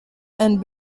and